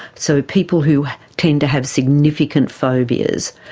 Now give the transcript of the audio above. so people who tend to have significant phobias,